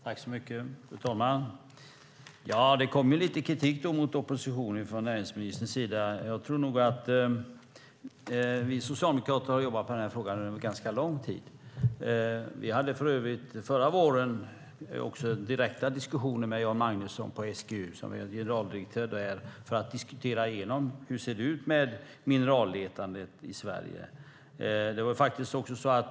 Fru talman! Det kommer lite kritik mot oppositionen från näringsministerns sida. Vi socialdemokrater har jobbat med frågan under lång tid. Förra våren hade vi direkta diskussioner med generaldirektör Jan Magnusson på SGU om mineralletandet i Sverige.